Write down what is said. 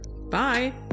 Bye